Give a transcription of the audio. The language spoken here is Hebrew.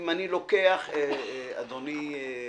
אם אני לוקח אדוני,